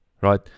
right